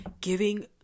giving